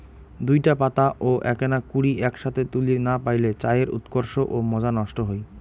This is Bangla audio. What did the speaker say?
দুইটা পাতা ও এ্যাকনা কুড়ি এ্যাকসথে তুলির না পাইলে চায়ের উৎকর্ষ ও মজা নষ্ট হই